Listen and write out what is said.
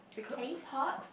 k-pop